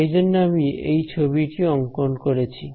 সেই জন্য আমি এই ছবিটি অংকন করেছি